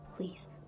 Please